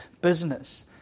business